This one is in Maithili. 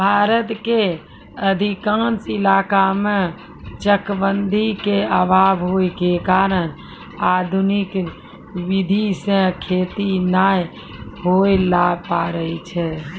भारत के अधिकांश इलाका मॅ चकबंदी के अभाव होय के कारण आधुनिक विधी सॅ खेती नाय होय ल पारै छै